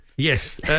Yes